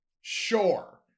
Sure